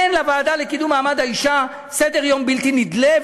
אין לוועדה לקידום מעמד האישה סדר-יום בלתי נדלה,